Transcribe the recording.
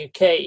UK